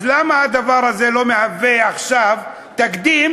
אז למה הדבר הזה לא מהווה עכשיו תקדים